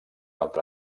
altra